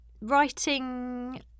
writing